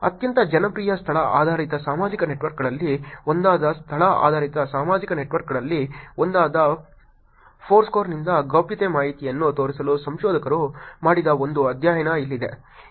ಅತ್ಯಂತ ಜನಪ್ರಿಯ ಸ್ಥಳ ಆಧಾರಿತ ಸಾಮಾಜಿಕ ನೆಟ್ವರ್ಕ್ಗಳಲ್ಲಿ ಒಂದಾದ ಸ್ಥಳ ಆಧಾರಿತ ಸಾಮಾಜಿಕ ನೆಟ್ವರ್ಕ್ಗಳಲ್ಲಿ ಒಂದಾದ ಫೋರ್ಸ್ಕ್ವೇರ್ನಿಂದ ಗೌಪ್ಯತೆ ಮಾಹಿತಿಯನ್ನು ತೋರಿಸಲು ಸಂಶೋಧಕರು ಮಾಡಿದ ಒಂದು ಅಧ್ಯಯನ ಇಲ್ಲಿದೆ